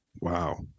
wow